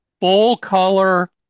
full-color